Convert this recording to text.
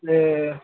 లే